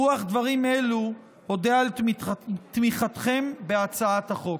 ברוח דברים אלו, אודה על תמיכתם בהצעת החוק.